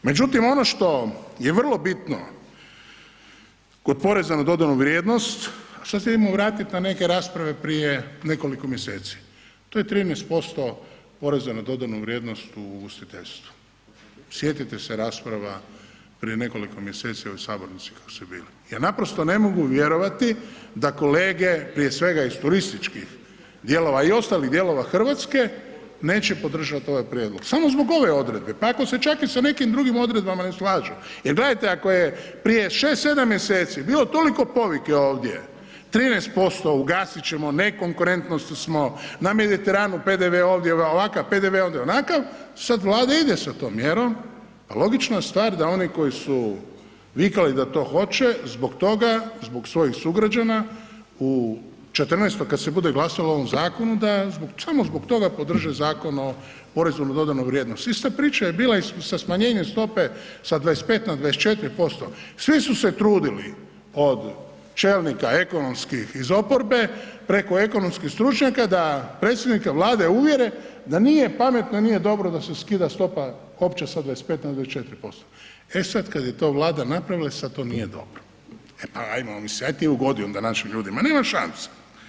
Međutim, ono što je vrlo bitno kod poreza na dodanu vrijednost, a sad se idemo vratit na neke rasprave prije nekoliko mjeseci, to je 13% poreza na dodanu vrijednost u ugostiteljstvu, sjetite se rasprava prije nekoliko mjeseci u ovoj sabornici kad su bili, ja naprosto ne mogu vjerovati da kolege prije svega iz turističkih dijelova i ostalih dijelova RH neće podržat ovaj prijedlog samo zbog ove odredbe, pa ako se čak i sa nekim drugim odredbama ne slažu jer gledajte ako je prije 6-7 mjeseci bilo toliko povike ovdje, 13%, ugasit ćemo, nekonkurentni smo, na Mediteranu PDV ovdje ovakav, PDV ondje onakav, sad Vlada ide sa tom mjerom, pa logična je stvar da oni koji su vikali da to hoće zbog toga, zbog svojih sugrađana u, 14. kad se bude glasovalo o ovom zakonu da, samo zbog toga podrže Zakon o porezu na dodanu vrijednost, ista priča je bila i sa smanjenjem stope sa 25 na 24%, svi su se trudili od čelnika ekonomskih iz oporbe preko ekonomskih stručnjaka da predsjednika Vlade uvjere da nije pametno i nije dobro da se skida stopa opća sa 25 na 24%, e sad kad je to Vlada napravila i sad to nije dobro, e pa ajmo mislim, aj ti onda ugodi našim ljudima, nema šanse.